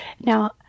Now